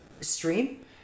stream